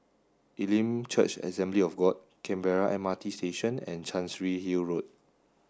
Elim Church Assembly of God Canberra M R T Station and Chancery Hill Road